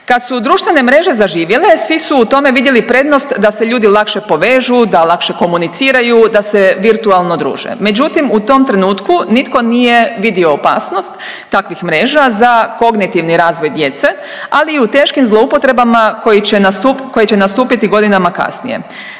Kad su društvene mreže zaživjele svi su u tome vidjeli prednost da se ljudi lakše povežu, da lakše komuniciraju, da se virtualno druže. Međutim, u tom trenutku nitko nije vidio opasnost takvih mreža za kognitivni razvoj djece, ali i u teškim zloupotrebama koje će nastupiti godinama kasnije.